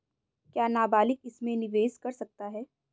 क्या नाबालिग इसमें निवेश कर सकता है?